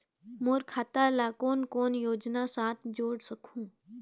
मोर खाता ला कौन कौन योजना साथ जोड़ सकहुं?